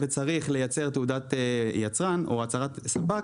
תעודת יצרן או הצהרת ספק,